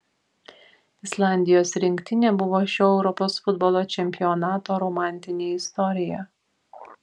islandijos rinktinė buvo šio europos futbolo čempionato romantinė istorija